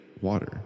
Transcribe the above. water